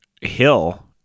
hill